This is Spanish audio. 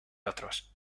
otros